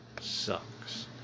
sucks